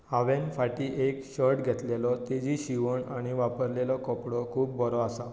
हांवें फाटी एक शर्ट घेतलेलो तेजी शिवण आनी वापरलेलो कपडो खूब बरो आसा